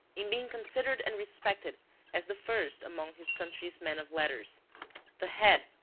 in being considered and respected as the first among his country's men-of-letters the head,